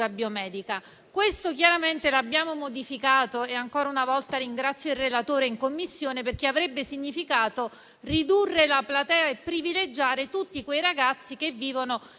biomedica. Questo chiaramente l'abbiamo modificato - e ancora una volta ringrazio il relatore in Commissione - perché avrebbe significato ridurre la platea e privilegiare tutti quegli studenti che vivono,